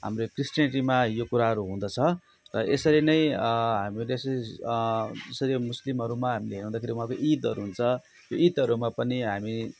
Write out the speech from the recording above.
हाम्रो क्रिस्टानिटीमा यो कुराहरू हुँदछ यसरी नै हामीले यसरी जसरी मुस्लिमहरूमा हामी हेराउँदाखेरि उहाँको इदहरू हुन्छ यो इदहरूमा पनि हामी